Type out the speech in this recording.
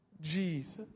Jesus